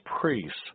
priests